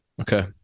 Okay